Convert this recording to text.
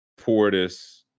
Portis